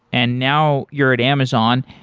and now you're at amazon.